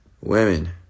women